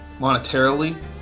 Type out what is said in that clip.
monetarily